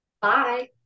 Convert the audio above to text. Bye